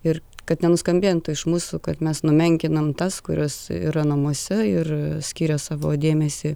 ir kad nenuskambėtų iš mūsų kad mes numenkinam tas kurios yra namuose ir skiria savo dėmesį